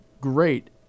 great